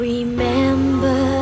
Remember